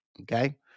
Okay